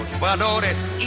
Valores